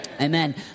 Amen